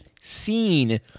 seen